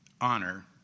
honor